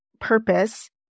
purpose